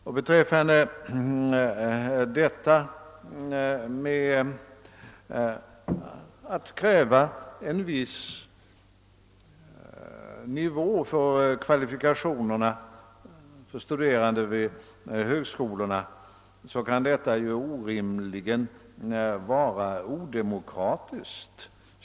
Vad beträffar kravet på en viss nivå för kvalifikationerna för studerande vid högskolorna är det orimligt påstå att detta skulle vara odemokratiskt.